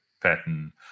pattern